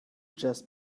just